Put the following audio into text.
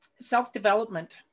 self-development